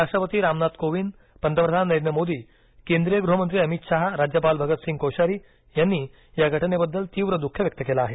राष्ट्रपती रामनाथ कोविंद पंतप्रधान नरेंद्र मोदी केंद्रीय गृहमंत्री अमित शहा राज्यपाल भगतसिंग कोश्यारी यांनी या घटनेबद्दल तीव्र दुख व्यक्त केलं आहे